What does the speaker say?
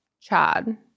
Chad